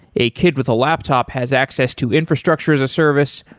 a kid with a laptop has access to infrastructure as a service,